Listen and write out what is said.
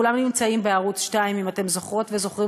כולם נמצאים בערוץ 2. אם אתם זוכרות וזוכרים